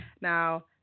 now